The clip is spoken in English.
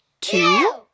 two